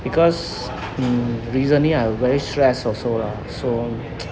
because mm recently I very stress also lah so